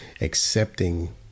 accepting